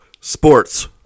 sports